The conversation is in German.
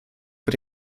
für